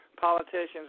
politicians